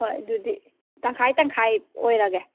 ꯍꯣꯏ ꯑꯗꯨꯗꯤ ꯇꯪꯈꯥꯏ ꯇꯪꯈꯥꯏ ꯑꯣꯏꯔꯒꯦ